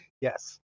Yes